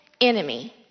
enemy